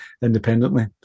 independently